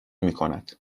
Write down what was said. میکند